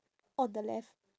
on the left